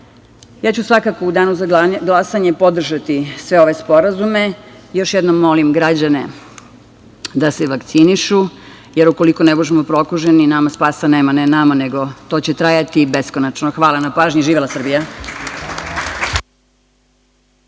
se zna. Svakako, u danu za glasanje ja ću podržati sve ove sporazume. Još jednom molim građane da se vakcinišu, jer ukoliko ne možemo … nama spasa nema, ne nama, nego to će trajati beskonačno. Hvala na pažnji. Živela Srbija!